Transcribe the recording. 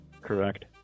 Correct